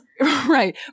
right